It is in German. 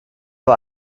war